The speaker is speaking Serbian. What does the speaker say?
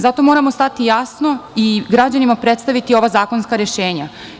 Zato moramo stati jasno i građanima predstaviti ova zakonska rešenja.